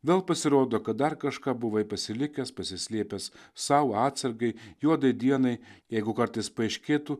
vėl pasirodo kad dar kažką buvai pasilikęs pasislėpęs sau atsargai juodai dienai jeigu kartais paaiškėtų